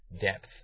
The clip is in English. depth